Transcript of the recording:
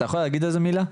אתה יכול להגיד על זה מילה,